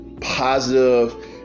positive